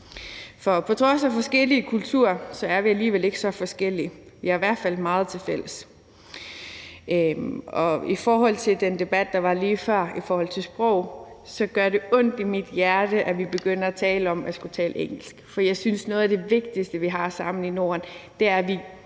For på trods af forskellige kulturer er vi alligevel ikke så forskellige. Vi har i hvert fald meget til fælles. I forhold til den debat, der var lige før, om sprog, gør det ondt i mit hjerte, at vi begynder at tale om at skulle tale engelsk. For jeg synes, at noget af det vigtigste, vi har sammen i Norden, er, at vi